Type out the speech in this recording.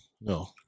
no